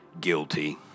Guilty